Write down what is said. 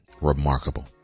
Remarkable